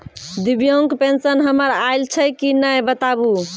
दिव्यांग पेंशन हमर आयल छै कि नैय बताबू?